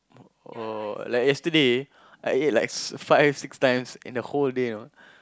or like yesterday I ate like five six times in the whole day you know